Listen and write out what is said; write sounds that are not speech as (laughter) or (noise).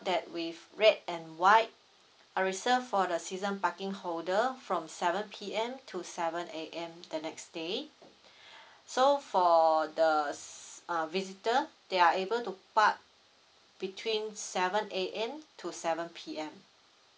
that with red and white are reserved for the season parking holder from seven P_M to seven A_M the next day (breath) so for the s~ uh visitor they are able to park between seven A_M and seven P_M